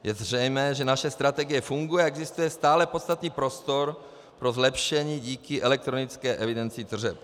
Je zřejmé, že naše strategie funguje, ale existuje stále podstatný prostor pro zlepšení díky elektronické evidenci tržeb.